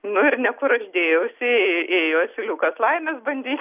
nu ir ne kur aš dėjausi ė ėjo asiliukas laimės bandyt